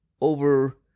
over